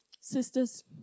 Sisters